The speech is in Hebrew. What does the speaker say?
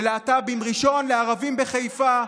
ללהט"בים ראשון לערבים בחיפה,